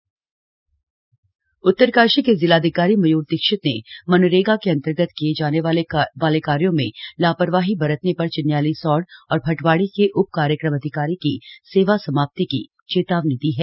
कार्रवाई उत्तरकाशी उत्तरकाशी के जिलाधिकारी मयूर दीक्षित ने मनरेगा के अन्तर्गत किए जाने वाले कार्यो में लापरवाही बरतने पर चिन्यालीसौड़ और भटवाड़ी के उप कार्यक्रम अधिकारी की सेवा समाप्ति की चेतावनी दी है